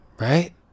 right